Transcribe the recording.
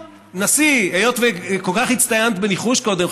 היות שכל כך הצטיינת בניחוש קודם,